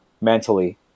Mentally